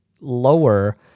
lower